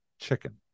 chicken